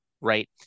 right